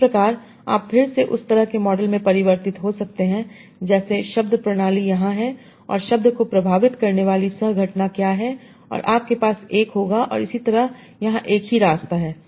इस प्रकार आप फिर से उस तरह के मॉडल में परिवर्तित हो सकते हैं जैसे शब्द प्रणाली यहाँ है और शब्द को प्रभावित करने वाली सह घटना क्या है और आपके पास 1 होगा और इसी तरह यहां एक ही रास्ता है